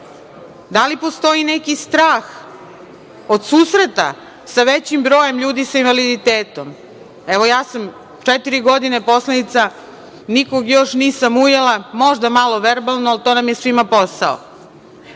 li postoji neki strah od susreta sa većim brojem ljudi sa invaliditetom? Evo, ja sam četiri godine poslanica, nikog još nisam ujela, možda malo verbalno, ali to nam je svima posao. Da